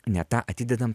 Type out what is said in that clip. ne tą atidedam